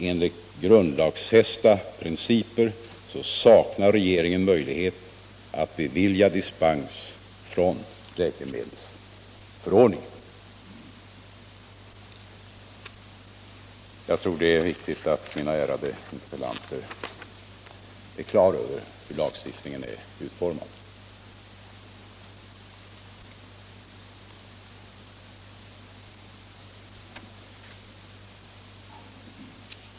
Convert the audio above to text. Enligt grundlagsfästa principer saknar regeringen möjlighet att bevilja dispens från läkemedelsförordningen. Jag tror det är viktigt att mina ärade frågeställare har klart för sig hur lagstiftningen är utformad.